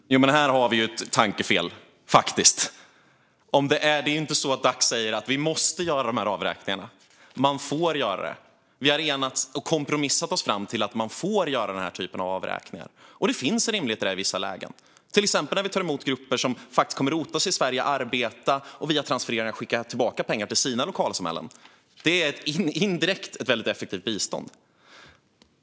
Fru talman! Här har vi ett tankefel. Det är inte så att Dac säger att vi måste göra de här avräkningarna. Man får göra dem. Vi har enats och kompromissat oss fram till att man får göra den här typen av avräkningar. Det finns en rimlighet i det i vissa lägen, till exempel när vi tar emot grupper som kommer att rota sig i Sverige, arbeta och via transfereringar skicka tillbaka pengar till sina lokalsamhällen. Det är indirekt ett väldigt effektivt bistånd.